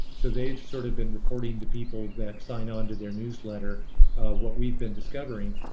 so they've sort of been reporting to people that sign on to their newsletter what we've been discovering,